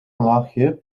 laagje